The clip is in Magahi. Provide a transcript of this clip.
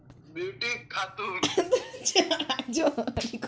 हॉल्म टॉपर एगो कृषि मशीन हइ जे आलू के कटाई से पहले आलू के तन के काटो हइ